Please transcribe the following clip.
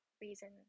reason